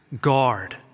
Guard